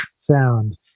sound